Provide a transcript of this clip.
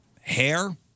Hair